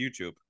youtube